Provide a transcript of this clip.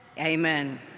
Amen